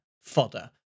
fodder